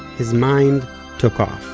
his mind took off